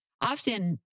often